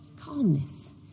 calmness